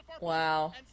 Wow